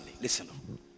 listen